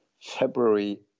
February